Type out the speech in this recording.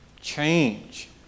Change